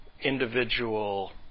individual